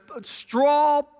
straw